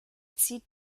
zieht